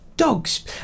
dogs